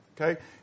Okay